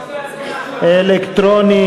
אלקטרוני.